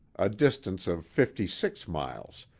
a distance of fifty-six miles,